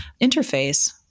interface